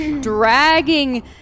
dragging